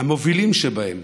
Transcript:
המובילים שבהם